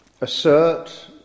assert